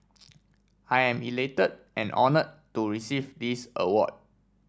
I am elated and honoured to receive this award